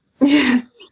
Yes